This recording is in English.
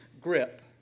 grip